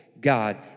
God